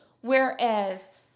Whereas